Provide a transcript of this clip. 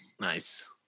Nice